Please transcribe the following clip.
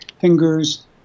fingers